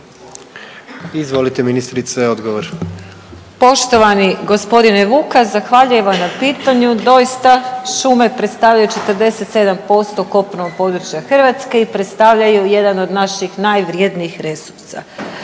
**Vučković, Marija (HDZ)** Poštovani gospodine Vukas zahvaljujem vam na pitanju. Doista šume predstavljaju 47% kopnenog područja Hrvatske i predstavljaju jedan od naših najvrjednijih resursa.